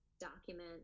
document